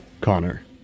Connor